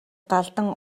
галдан